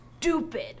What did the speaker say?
stupid